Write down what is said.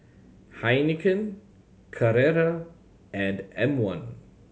Heinekein Carrera and M One